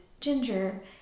ginger